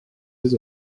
des